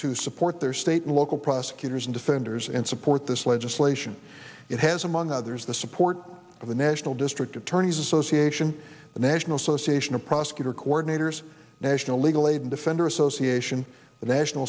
to support their state and local prosecutors and defenders and support this legislation that has among others the support of the national district attorneys association the national association of prosecutor coordinators national legal aid and defender association the national